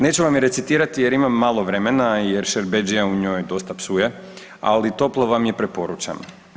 Neću vam je recitirati jer imam malo vremena jer Šerbedžija u njoj dosta psuje, ali toplo vam je preporučam.